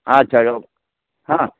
अच्छा रहबै हाँ